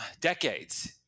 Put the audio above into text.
decades